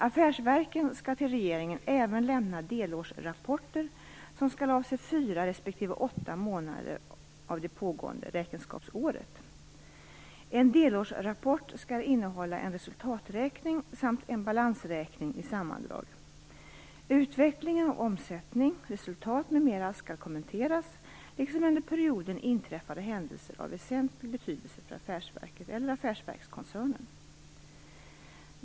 Affärsverken skall till regeringen även lämna delårsrapporter som skall avse fyra respektive åtta månader av det pågående räkenskapsåret. En delårsrapport skall innehålla en resultaträkning samt en balansräkning i sammandrag. Utveckling av omsättning, resultat m.m. skall kommenteras, liksom under perioden inträffade händelser av väsentlig betydelse för affärsverket eller affärsverkskoncernen.